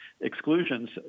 exclusions